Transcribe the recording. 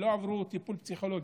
שלא עברו טיפול פסיכולוגי,